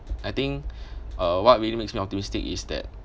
I think uh what really makes me optimistic is that